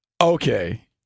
Okay